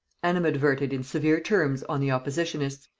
animadverted in severe terms on the oppositionists,